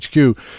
HQ